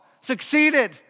succeeded